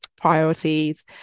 priorities